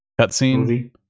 cutscene